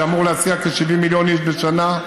שאמור להסיע כ-70 מיליון איש בשנה,